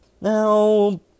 Now